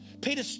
Peter